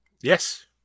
Yes